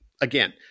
again